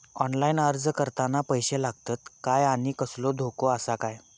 Online अर्ज करताना पैशे लागतत काय आनी कसलो धोको आसा काय?